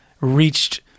reached